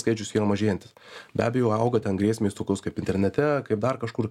skaičius jo mažėjantis be abejo auga ten grėsmės tokios kaip internete kaip dar kažkur